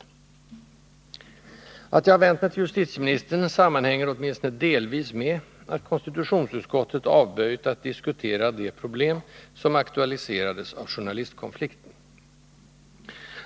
Att jag har vänt mig till justitieministern sammanhänger åtminstone delvis med att konstitutionsutskottet avböjt att diskutera de problem som aktualiserades av journalistkonflikten.